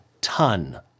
ton